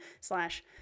slash